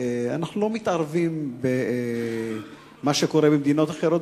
אנו לא מתערבים במה שקורה במדינות אחרות,